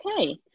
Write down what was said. okay